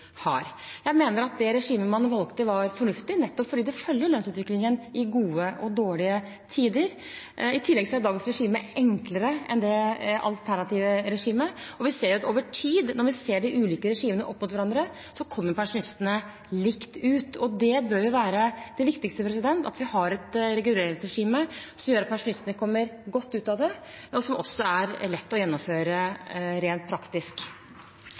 har. Jeg mener at det regimet man valgte, var fornuftig, nettopp fordi det følger lønnsutviklingen i gode og dårlige tider. I tillegg er dagens regime enklere enn det alternative regimet, og vi ser at over tid, når vi ser de ulike regimene opp mot hverandre, kommer pensjonistene likt ut. Det bør være det viktigste: at vi har et reguleringsregime som gjør at pensjonistene kommer godt ut av det, og som også er lett å gjennomføre rent praktisk.